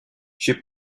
she